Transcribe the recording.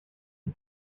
ser